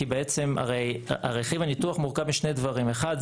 כי הרי בעצם רכיב הניתוח מורכב משני דברים: אחד,